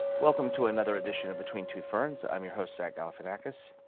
welcome to another edition of between two ferns. i'm your host, zach galifianakis.